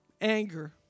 Anger